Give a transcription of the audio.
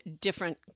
different